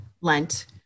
Lent